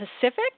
Pacific